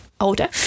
older